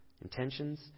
intentions